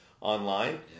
online